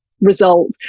result